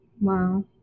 Wow